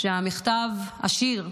שהשיר,